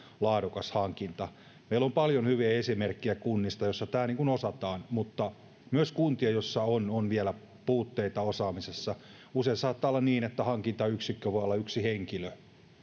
laadukas hankinta meillä on paljon hyviä esimerkkejä kunnista joissa tämä osataan mutta on myös kuntia joissa on on vielä puutteita osaamisessa usein saattaa olla niin että hankintayksikkö voi olla yksi henkilö